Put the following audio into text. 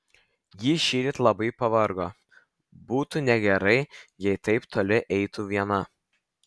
ji šįryt labai pavargo būtų negerai jei taip toli eitų viena